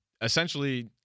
essentially